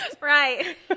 Right